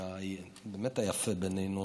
היפה באמת בינינו